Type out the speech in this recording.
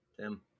Tim